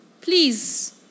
Please